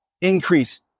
Increase